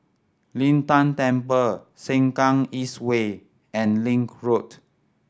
Lin Tan Temple Sengkang East Way and Link Road